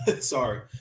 sorry